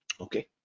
Okay